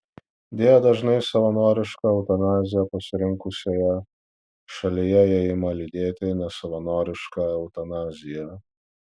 deja dažnai savanorišką eutanaziją pasirinkusioje šalyje ją ima lydėti nesavanoriška eutanazija